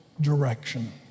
direction